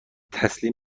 تسلیم